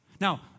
Now